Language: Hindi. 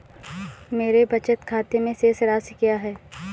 मेरे बचत खाते में शेष राशि क्या है?